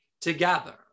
together